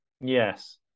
Yes